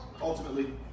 Ultimately